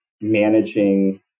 managing